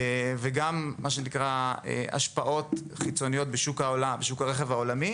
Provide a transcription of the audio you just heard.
וגם של השפעות חיצוניות בשוק הרכב העולמי.